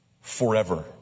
forever